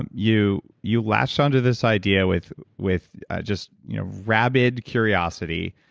and you you latched onto this idea with with just you know rabid curiosity,